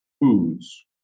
foods